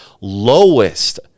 lowest